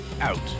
out